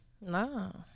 No